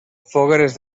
fogueres